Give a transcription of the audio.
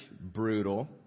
brutal